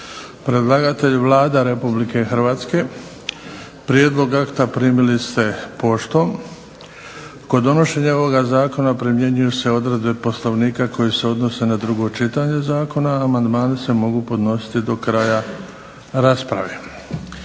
Predlagatelj Vlada RH. Prijedlog akta primili ste poštom. Kod donošenja ovog zakona primjenjuju se odredbe Poslovnika koje se odnose na drugo čitanje zakona. Amandmani se mogu podnositi do kraja rasprave.